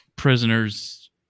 prisoners